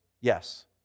yes